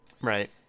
right